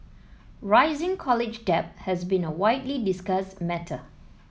rising college debt has been a widely discussed matter